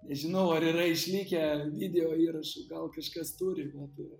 nežinau ar yra išlikę videoįrašų gal kažkas turi bet